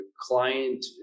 client